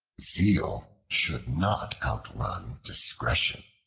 zeal should not outrun discretion.